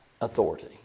authority